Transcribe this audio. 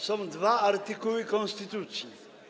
Są dwa artykuły konstytucji.